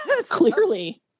Clearly